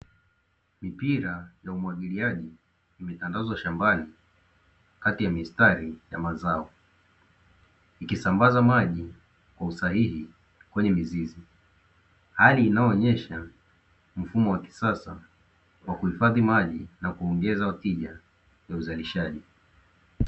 Mipira ya umwagiliaji imetandazwa shambani kati ya mistari ya mazao ikisambaza maji kwa usahihi kwenye mizizi, hali inayoonyesha mfumo wa kisasa wa kuhifadhi maji na kuongeza tija ya uzalishaji.